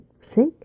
sick